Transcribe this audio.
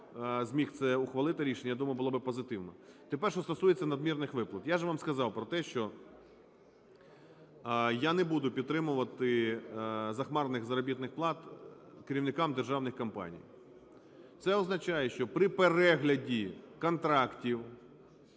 зміг це ухвалити рішення, я думаю, було би позитивно. Тепер що стосується надмірних виплат. Я ж вам сказав про те, що я не буду підтримувати захмарних заробітних плат керівникам державних компаній. Це означає, що при перегляді контрактів,